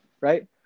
Right